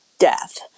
Death